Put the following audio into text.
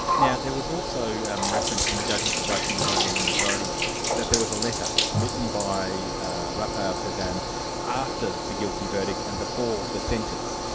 now there was also um reference in the judgments of both the minority and the majority that there was a letter, written by rafael cesan and after the guilty verdict and before the sentence,